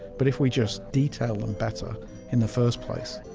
but if we just detail them better in the first place,